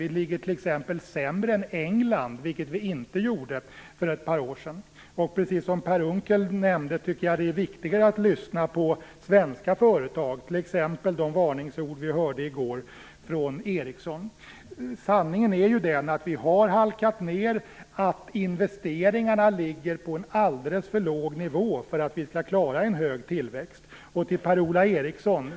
Vi ligger t.ex. sämre till än England, vilket vi inte gjorde för ett par år sedan. Precis som Per Unckel tycker jag att det är viktigare att lyssna på svenska företag, t.ex. de varningsord vi hörde i går från Ericssons. Sanningen är att vi har halkat ned och att investeringarna ligger på alldeles för låg nivå för att vi skall klara en hög tillväxt.